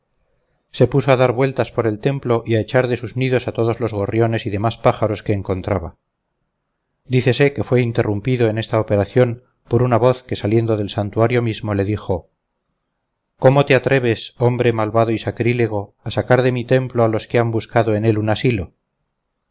se puso a dar vueltas por el templo y a echar de sus nidos a todos los gorriones y demás pájaros que encontraba dícese que fue interrumpido en esta operación por una voz que saliendo del santuario mismo le dijo cómo te atreves hombre malvado y sacrílego a sacar de mi templo a los que han buscado en él un asilo